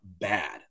bad